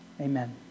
Amen